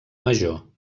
major